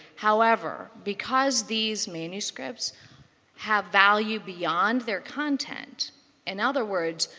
however, because these manuscripts have value beyond their content in other words,